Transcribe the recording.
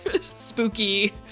spooky